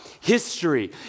history